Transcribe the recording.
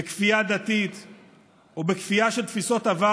בכפייה דתית או בכפייה של תפיסות עבר